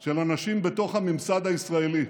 של אנשים בתוך הממסד הישראלי.